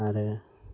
आरो